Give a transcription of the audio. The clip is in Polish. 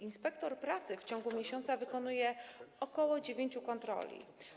Inspektor pracy w ciągu miesiąca wykonuje ok. dziewięciu kontroli.